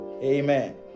Amen